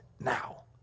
now